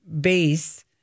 base